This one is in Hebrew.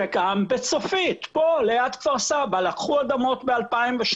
גם בצופית, פה ליד כפר סבא לקחו אדמות ב-2012.